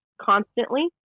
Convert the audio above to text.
constantly